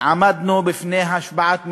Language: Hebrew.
עמדנו לפני השבעת ממשלה,